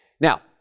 Now